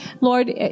Lord